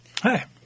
Hi